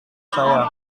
saya